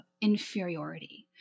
inferiority